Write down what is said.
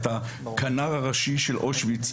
את הכנר הראשי של אושוויץ,